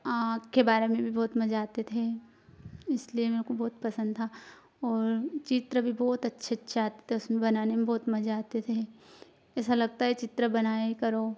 आँख के बारे में भी बहुत मजा आते थे इसलिए मेरे को बहुत पसंद था और चित्र भी बहुत अच्छे अच्छे आते थे उसमें बनाने में बहुत मजा आते थे ऐसा लगता है चित्र बनाए करो